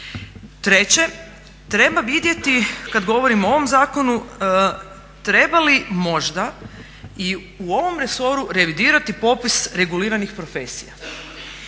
Treće, treba vidjeti kad govorimo o ovom zakonu treba li možda i u ovom resoru revidirati popis reguliranih profesija.